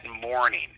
morning